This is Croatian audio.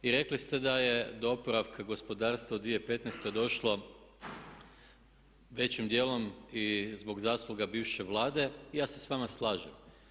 I rekli ste da je do oporavka gospodarstva u 2015. došlo većim dijelom i zbog zasluga bivše Vlade i ja se sa vama slažem.